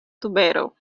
tubero